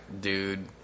dude